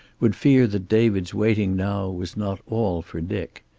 would fear that david's waiting now was not all for dick.